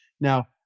Now